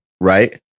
Right